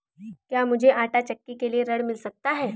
क्या मूझे आंटा चक्की के लिए ऋण मिल सकता है?